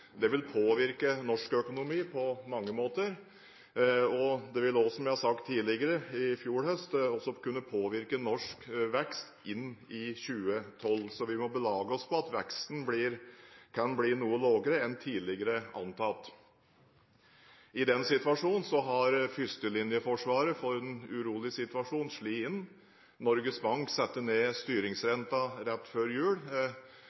Det vil påvirke norsk økonomi på mange måter, og det vil også – som jeg har sagt tidligere, i fjor høst – kunne påvirke norsk vekst inn i 2012. Så vi må belage oss på at veksten kan bli noe lavere enn tidligere antatt. Førstelinjeforsvaret når det gjelder den urolige situasjonen, har slått inn. Norges Bank satte ned styringsrenten rett før jul.